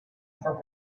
for